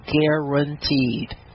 Guaranteed